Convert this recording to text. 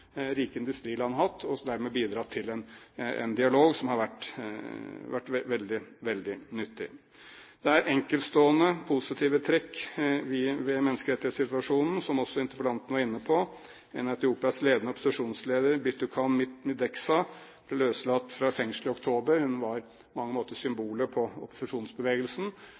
rike industriland har hatt, og dermed har han bidratt til en dialog som har vært veldig, veldig nyttig. Det er enkeltstående positive trekk ved menneskerettighetssituasjonen, som også interpellanten var inne på. En av Etiopias ledende opposisjonsledere, Birtukan Mideksa, ble løslatt fra fengsel i oktober. Hun var på mange måter symbolet på opposisjonsbevegelsen,